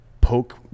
poke